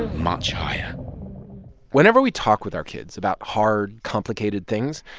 much higher whenever we talk with our kids about hard, complicated things,